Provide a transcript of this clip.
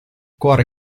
cuore